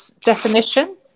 definition